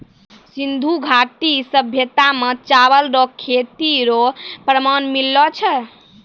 सिन्धु घाटी सभ्यता मे चावल रो खेती रो प्रमाण मिललो छै